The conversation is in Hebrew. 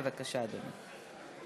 בבקשה, אדוני.